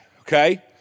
okay